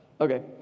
okay